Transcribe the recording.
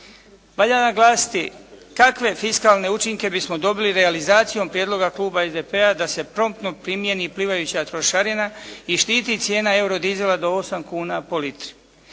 Valja naglasiti kakve fiskalne učinke bismo dobili realizacijom prijedloga kluba SDP-a da se promptno primjeni plivajuća trošarina i štiti cijena eurodizela do 8 kuna po litri.